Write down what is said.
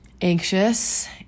anxious